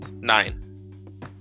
nine